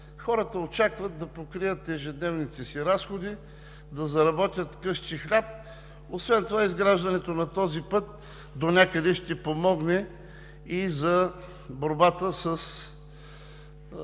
а очакват да покрият ежедневните си разходи, да заработят късче хляб. Освен това изграждането на този път донякъде ще помогне и за борбата с